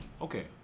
Okay